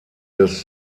des